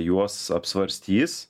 juos apsvarstys